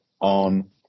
on